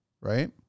right